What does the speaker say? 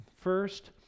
first